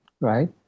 right